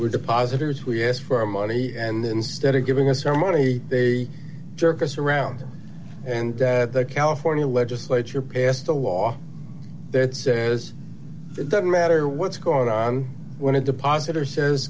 depositors we asked for money and instead of giving us our money they jerk us around and the california legislature passed a law that says it doesn't matter what's going on when a deposit or says